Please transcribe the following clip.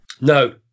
No